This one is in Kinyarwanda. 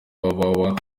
www